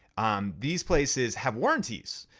um these places have warranties.